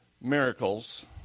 miracles